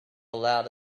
allowed